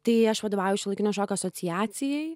tai aš vadovauju šiuolaikinio šokio asociacijai